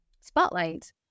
spotlight